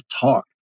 talk